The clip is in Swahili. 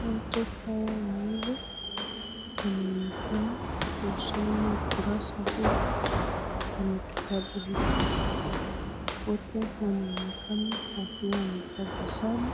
Watu hawa wawili wanaonekana kusoma ukurasa huu kwenye kitabu hiku wote wanaonekana wakiwa na tabasamu